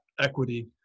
equity